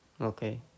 Okay